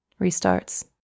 restarts